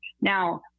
Now